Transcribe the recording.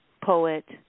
poet